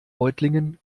reutlingen